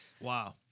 Wow